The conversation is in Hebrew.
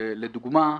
לדוגמה,